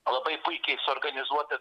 labai puikiai suorganizuota